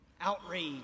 outrage